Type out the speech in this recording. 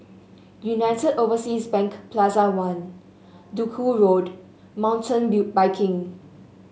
United Overseas Bank Plaza One Duku Road Mountain Biking